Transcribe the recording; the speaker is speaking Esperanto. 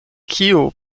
kiu